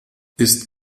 ist